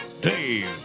Dave